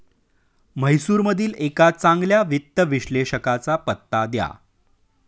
म्हैसूरमधील एका चांगल्या वित्त विश्लेषकाचा पत्ता द्या